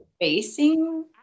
facing